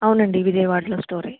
అవునండీ విజయవాడలో స్టోరే